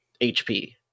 HP